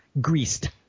Greased